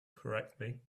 correctly